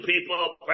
people